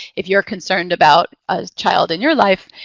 if you're concerned about a child in your life,